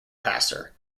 passer